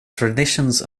traditions